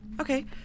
Okay